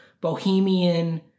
bohemian